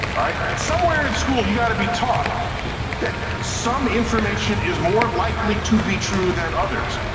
all right, somewhere in school, you gotta be taught that some information is more likely to be true than others,